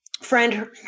friend